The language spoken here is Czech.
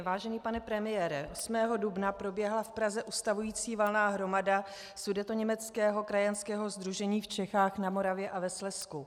Vážený pane premiére, 8. dubna proběhla v Praze ustavující valná hromada Sudetoněmeckého krajanského sdružení v Čechách, na Moravě a ve Slezsku.